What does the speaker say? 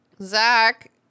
Zach